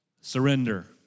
Surrender